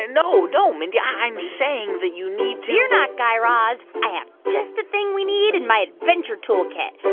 ah no, no, mindy. i'm saying that you need to. fear not, guy raz. i have just the thing we need in my adventure toolkit.